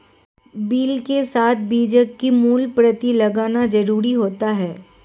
bill के साथ बीजक की मूल प्रति लगाना जरुरी होता है